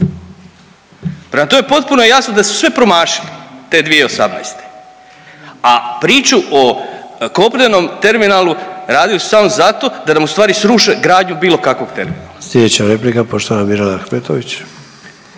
Prema tome, potpuno je jasno da su sve promašili te 2018. A priču o kopnenom terminalu radili su samo zato da nam ustvari sruše gradnju bilo kakvog terminala.